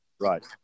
Right